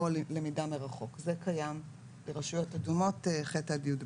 זה קיים ברשויות אדומות, ח' עד י"ב.